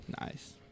Nice